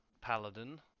paladin